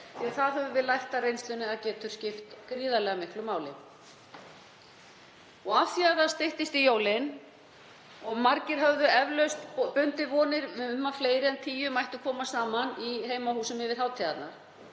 Við höfum lært það af reynslunni að það getur skipt gríðarlega miklu máli. Af því að það styttist í jólin og margir höfðu eflaust bundið vonir við að fleiri en tíu mættu koma saman í heimahúsum yfir hátíðarnar